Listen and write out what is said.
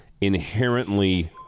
inherently